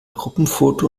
gruppenfoto